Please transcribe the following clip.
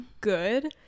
good